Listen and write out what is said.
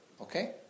Okay